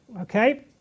okay